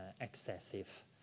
excessive